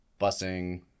busing